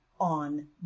on